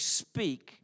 speak